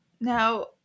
Now